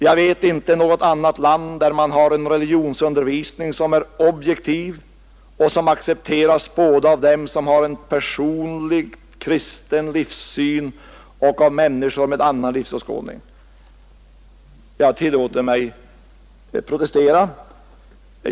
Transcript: — ”Jag vet inte något annat land där man har en religionsundervisning som är objektiv och som accepteras både av dem som har en personligt kristen livssyn och av människor med annan livsåskådning.” Mot detta tillåter jag mig protestera.